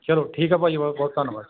ਚਲੋ ਠੀਕ ਆ ਭਾਅ ਜੀ ਬਹੁਤ ਬਹੁਤ ਧੰਨਵਾਦ